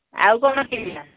ଆଉ କ'ଣ ଥିଲା